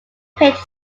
picked